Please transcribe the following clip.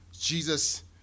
Jesus